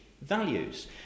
values